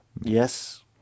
Yes